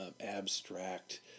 abstract